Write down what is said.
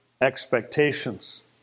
expectations